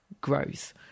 growth